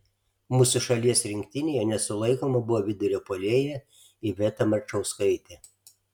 mūsų šalies rinktinėje nesulaikoma buvo vidurio puolėja iveta marčauskaitė